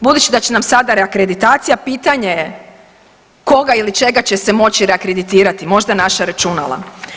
Budući da će nam reakreditacija pitanje je koga ili čega će se moći reakreditirati, možda naša računala.